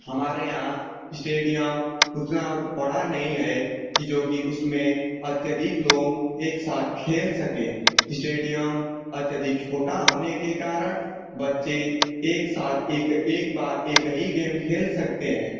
हमारे यहाँ इस्टेडियम उतना बड़ा नहीं है कि जो कि उसमें अत्यधिक लोग एक साथ खेल सकें इस्टेडियम अत्यधिक छोटा होने के कारण बच्चे एक साथ एक एक बार एक ही गेम खेल सकते हैं